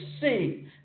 see